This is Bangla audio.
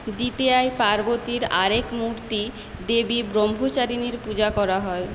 দ্বিতীয়ায় পার্বতীর আরেক মূর্তি দেবী ব্রহ্মচারিণীর পূজা করা হয়